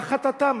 מה חטאתָם?